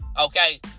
okay